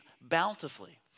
bountifully